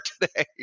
today